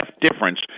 difference